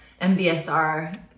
MBSR